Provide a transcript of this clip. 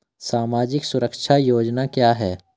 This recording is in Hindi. सामाजिक सुरक्षा योजना क्या है?